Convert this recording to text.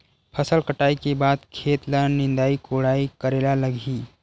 फसल कटाई के बाद खेत ल निंदाई कोडाई करेला लगही?